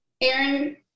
Aaron